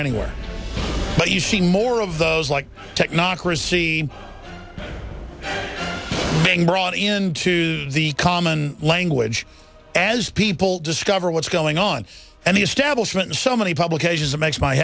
anywhere but you see more of those like tech not krissy being brought into the common language as people discover what's going on and the establishment so many publications it makes my